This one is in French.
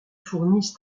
fournissent